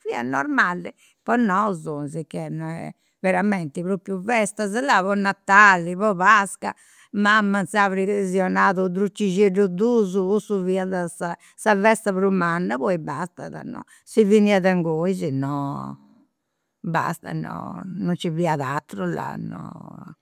fiat normali po nosu, sicchè, non est veramente propriu festas. Po natali po pasca, mama inzandus si 'onat u' drucixeddu o dus, cussu fiat sa sa festa prus manna, poi bastada, no, si finiat inguni, si no, basta, non nci fiat aturu, là, no.